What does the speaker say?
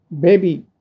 Baby